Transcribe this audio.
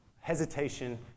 hesitation